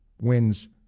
wins